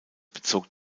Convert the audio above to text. bezog